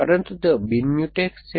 પરંતુ તેઓ બિન મ્યુટેક્સ છે